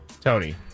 Tony